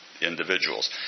individuals